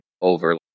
over